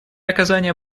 оказания